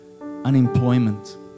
unemployment